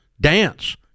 dance